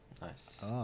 Nice